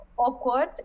awkward